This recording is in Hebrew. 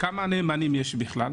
כמה נאמנים יש בכלל?